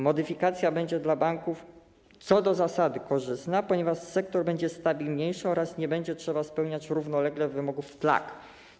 Modyfikacja będzie dla banków co do zasady korzystna, ponieważ sektor będzie stabilniejszy oraz nie będzie trzeba spełniać równolegle wymogów TLAC.